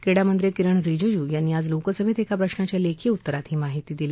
क्रीडा मंत्री किरण रिजिजू यांनी आज लोकसभेत एका प्रश्नाच्या लेखी उत्तरात ही माहिती दिली